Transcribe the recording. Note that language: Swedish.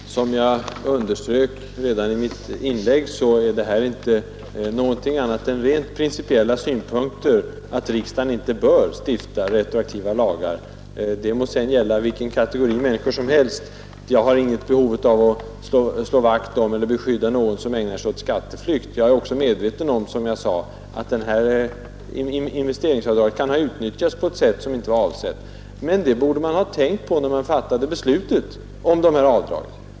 Herr talman! Som jag underströk redan i mitt huvudinlägg har jag inte framfört något annat än rent principiella synpunkter, innebärande att riksdagen inte bör stifta retroaktiva lagar — det må sedan gälla vilken kategori som helst. Jag har inget behov av att beskydda någon som ägnar sig åt skatteflykt. Jag är också, som jag sade, medveten om att investeringsavdraget kan ha utnyttjats på ett sätt som icke var avsett. Men det borde man ha tänkt på, när man fattade beslutet om dessa avdrag.